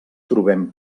trobem